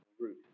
root